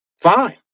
fine